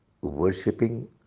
worshipping